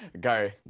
Go